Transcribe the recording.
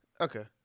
Okay